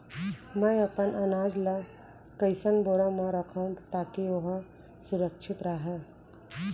मैं अपन अनाज ला कइसन बोरा म रखव ताकी ओहा सुरक्षित राहय?